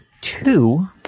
two